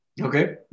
okay